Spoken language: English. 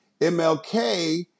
MLK